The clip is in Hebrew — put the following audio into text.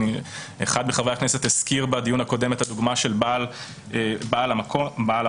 אחד מחברי הכנסת הזכיר בדיון הקודם את הדוגמה של בעל המכולת.